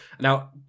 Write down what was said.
Now